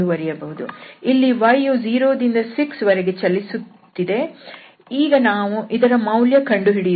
ಇಲ್ಲಿ y u 0 ದಿಂದ 6 ವರೆಗೆ ಚಲಿಸುತ್ತಿದೆ ಈಗ ನಾವು ಇದರ ಮೌಲ್ಯ ಕಂಡು ಹಿಡಿಯುತ್ತೇವೆ